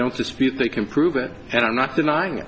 don't dispute they can prove it and i'm not denying it